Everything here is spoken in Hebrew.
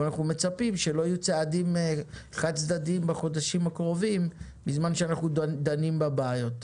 אנחנו מצפים שלא יהיו צעדים חד צדדיים בזמן שאנחנו דנים בבעיות.